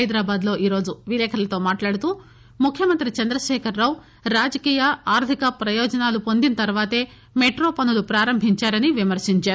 హైదరాబాద్ లో ఈరోజు విలేకరులతో మాట్లాడుతూ ముఖ్యమంత్రి చంద్రశేఖ రావు రాజకీయ ఆర్థిక ప్రయోజనాలు పొందిన తర్వాతే మెట్రో పనులు ప్రారంభించారని విమర్శించారు